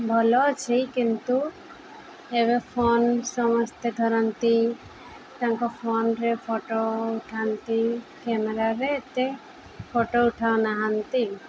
ଭଲ ଅଛି କିନ୍ତୁ ଏବେ ଫୋନ ସମସ୍ତେ ଧରନ୍ତି ତାଙ୍କ ଫୋନରେ ଫଟୋ ଉଠାନ୍ତି କ୍ୟାମେରାରେ ଏତେ ଫଟୋ ଉଠାଉ ନାହାନ୍ତି